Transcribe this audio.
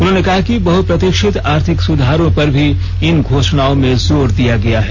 उन्होंने कहा कि बहुप्रतीक्षित आर्थिक सुधारों पर भी इन घोषणाओं में जोर दिया गया हैं